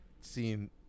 seeing –